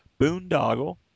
Boondoggle